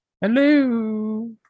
Hello